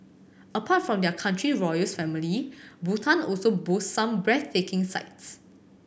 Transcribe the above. apart from there country's royal family Bhutan also boasts some breathtaking sights